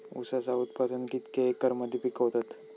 ऊसाचा उत्पादन कितक्या एकर मध्ये पिकवतत?